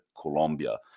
Colombia